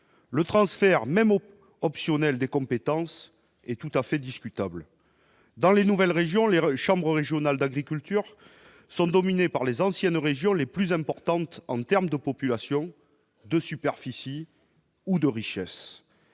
le transfert, même au optionnel des compétences et est tout à fait discutable dans les nouvelles régions les relais chambre régionale d'agriculture sont dominés par les anciennes régions les plus importantes en termes de population de superficie ou de richesse